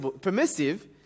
permissive